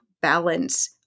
balance